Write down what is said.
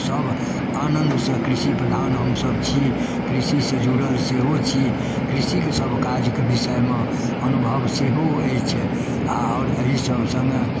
सब आनन्दसँ कृषि प्रधान हमसभ छी कृषिसँ जुड़ल सेहो छी कृषिके सब काजके विषयमे अनुभव सेहो अछि आओर एहिसब सङ्गे